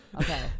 Okay